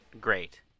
great